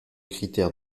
critères